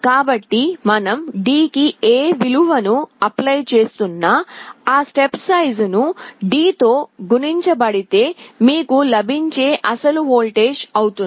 కాబట్టి మనం D కి ఏ విలువను అప్లై చేస్తున్నా ఆ స్టెప్ సైజు ను D తో గుణించబడితే మీకు లభించే అసలు వోల్టేజ్ అవుతుంది